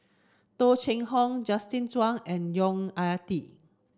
Tung Chye Hong Justin Zhuang and Yong Ah Kee